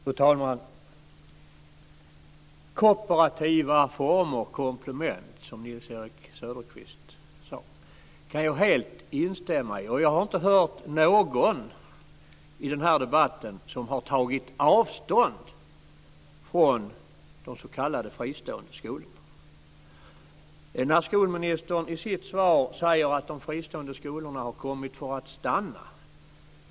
Fru talman! Detta med kooperativa former och komplement som Nils-Erik Söderqvist talade om kan jag helt instämma i. Jag har inte hört någon i den här debatten ta avstånd från de s.k. fristående skolorna. Skolministern säger i sitt svar att de fristående skolorna har kommit för att stanna.